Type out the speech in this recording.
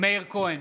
מאיר כהן,